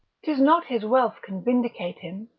tis not his wealth can vindicate him,